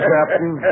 Captain